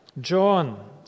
John